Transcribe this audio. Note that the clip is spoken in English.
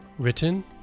Written